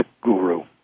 guru